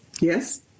Yes